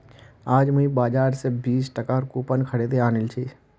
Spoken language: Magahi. आज मुई बाजार स बीस टकार कूपन खरीदे आनिल छि